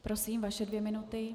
Prosím, vaše dvě minuty.